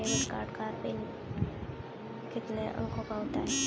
Debit card का PIN कितने अंकों का होता है?